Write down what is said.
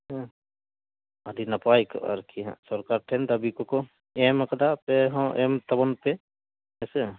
ᱟᱹᱰᱤ ᱱᱟᱯᱟᱭ ᱠᱚᱜᱼᱟ ᱟᱨᱠᱤ ᱦᱟᱸᱜ ᱥᱚᱨᱠᱟᱨ ᱴᱷᱮᱱ ᱫᱟᱹᱵᱤ ᱠᱚᱠᱚ ᱮᱢ ᱠᱟᱫᱟ ᱟᱯᱮ ᱦᱚᱸ ᱮᱢ ᱛᱟᱵᱚᱱᱯᱮ ᱦᱮᱸᱥᱮ